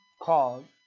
Called